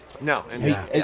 No